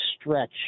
stretch